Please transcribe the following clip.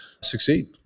succeed